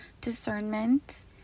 discernment